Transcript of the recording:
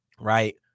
right